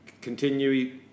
continue